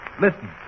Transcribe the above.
listen